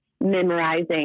memorizing